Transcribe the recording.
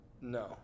No